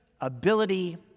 ability